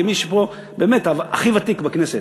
כמי שהוא הכי ותיק בכנסת,